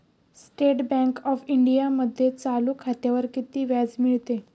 State bank of इंडियामध्ये चालू खात्यावर किती व्याज मिळते?